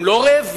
הם לא רעבים,